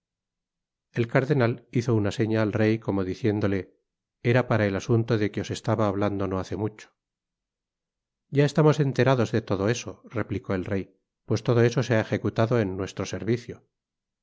el cardenal hizo una seña al rey como diciéndole era para el asunto de que os estaba hablando no hace mucho ya estamos enterados de todo eso replicó el rey pues todo eso se ha ejecutado en nuestro servicio